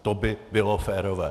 To by bylo férové.